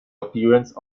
appearance